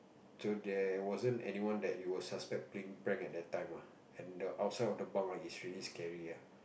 so there wasn't anyone that you will suspect playing prank at that time ah and the outside of the bunk ah is really scary ah